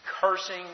cursing